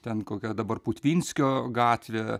ten kokia dabar putvinskio gatvė